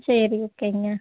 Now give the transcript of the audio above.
சரி ஓகேங்க